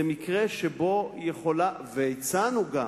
זה מקרה שבו היא יכולה, והצענו גם